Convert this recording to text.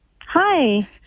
Hi